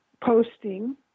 posting